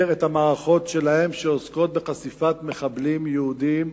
את המערכות שלהם שעוסקות בחשיפת מחבלים יהודים.